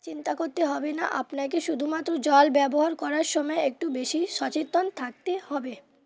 চিন্তা করতে হবে না আপনাকে শুধুমাত্র জল ব্যবহার করার সময় একটু বেশি সচেতন থাকতে হবে